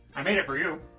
i made it for you.